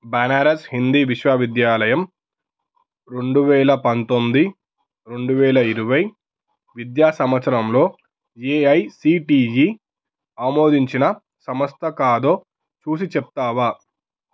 బనారస్ హిందీ విశ్వవిద్యాలయం రెండు వేల పంతొమ్మిది రెండు వేల ఇరవై విద్యా సంవత్సరంలో ఏఐసిటిఈ ఆమోదించిన సంస్థ కాదో చూసి చెప్తావా